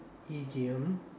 idiom